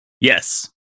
yes